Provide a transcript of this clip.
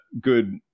good